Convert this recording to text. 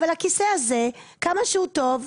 אבל הכיסא הזה כמה שהוא טוב,